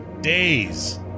days